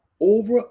over